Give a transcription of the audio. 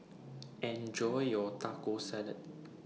Enjoy your Taco Salad